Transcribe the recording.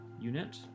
unit